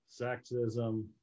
sexism